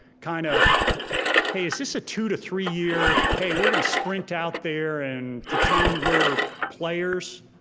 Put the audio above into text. kind of hey, is this a two to three year, hey, we're gonna sprint out there and pretend we're players?